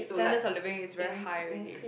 standards of living is very high already